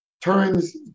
turns